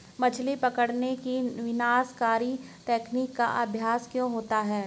मछली पकड़ने की विनाशकारी तकनीक का अभ्यास क्यों होता है?